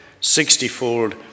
sixtyfold